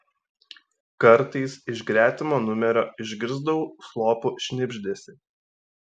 kartais iš gretimo numerio išgirsdavau slopų šnibždesį